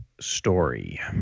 Story